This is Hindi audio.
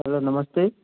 हेलो नमस्ते